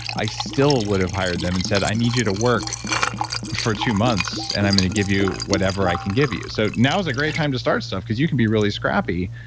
i still would have hired them and said, i need you to work for two months and i'm going to give you whatever i can give you. so, now is a great time to start stuff because you can be really scrappy.